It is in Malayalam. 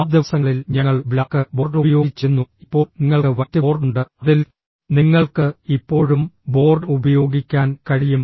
ആ ദിവസങ്ങളിൽ ഞങ്ങൾ ബ്ലാക്ക് ബോർഡ് ഉപയോഗിച്ചിരുന്നു ഇപ്പോൾ നിങ്ങൾക്ക് വൈറ്റ് ബോർഡ് ഉണ്ട് അതിൽ നിങ്ങൾക്ക് ഇപ്പോഴും ബോർഡ് ഉപയോഗിക്കാൻ കഴിയും